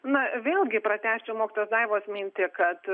na vėlgi pratęsiu mokytojos daivos mintį kad